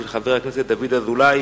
של חבר הכנסת דוד אזולאי,